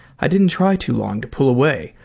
i didn't try too long to pull away,